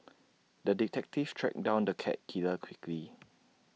the detective tracked down the cat killer quickly